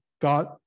God